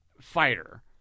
fighter